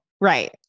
right